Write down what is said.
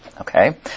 Okay